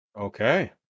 Okay